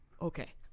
okay